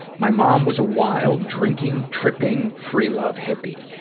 my mom was a wild, drinking, tripping, free-love hippie.